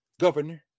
Governor